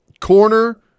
Corner